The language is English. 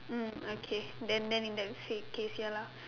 mm okay then then in the freak case ya lah